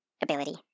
ability